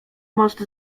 most